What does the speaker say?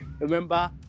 remember